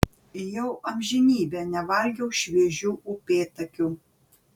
jau amžinybę nevalgiau šviežių upėtakių